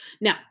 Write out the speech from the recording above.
Now